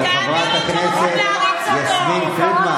הדפים, הדפים.